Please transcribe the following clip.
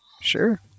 sure